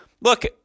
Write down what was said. Look